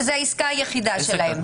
שזו העסקה היחידה שלהם.